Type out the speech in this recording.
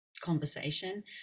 conversation